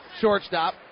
shortstop